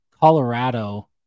Colorado